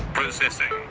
processing.